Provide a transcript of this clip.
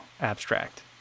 abstract